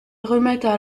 remettent